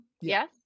Yes